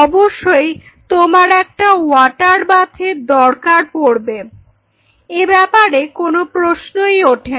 অবশ্যই তোমার একটা ওয়াটার বাথের দরকার পড়বে এ ব্যাপারে কোন প্রশ্নই ওঠে না